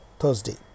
Thursday